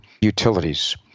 utilities